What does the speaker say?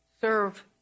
serve